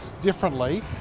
differently